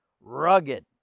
rugged